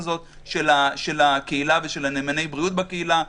הזאת של הקהילה ושל נאמני הבריאות בקהילה,